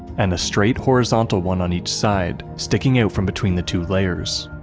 and a straight, horizontal one on each side, sticking out from between the two layers.